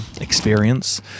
experience